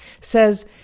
says